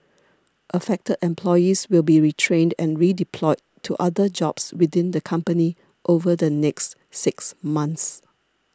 affected employees will be retrained and redeployed to other jobs within the company over the next six months